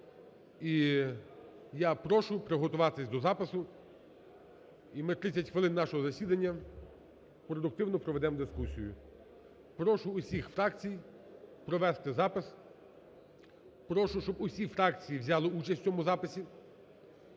І я прошу приготуватись до запису і ми 30 хвилин нашого засідання продуктивно проведемо дискусію. Прошу усі фракції провести запис, прошу, щоб усі фракції взяли участь в цьому записі,